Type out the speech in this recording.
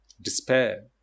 despair